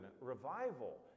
revival